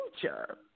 future